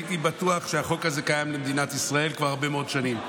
הייתי בטוח שהחוק הזה קיים במדינת ישראל כבר הרבה מאוד שנים.